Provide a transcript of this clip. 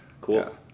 cool